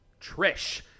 Trish